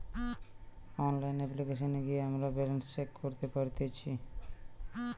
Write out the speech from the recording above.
online অপ্লিকেশনে গিয়ে আমরা ব্যালান্স চেক করতে পারতেচ্ছি